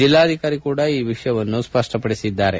ಜಿಲ್ಲಾಧಿಕಾರಿ ಕೂಡ ಈ ಈ ವಿಷಯವನ್ನು ಸ್ಪಷ್ಟಪಡಿಸಿದ್ದಾರೆ